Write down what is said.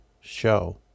Show